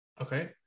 Okay